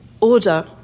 order